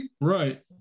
Right